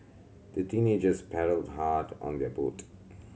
the teenagers paddled hard on their boat